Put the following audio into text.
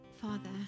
Father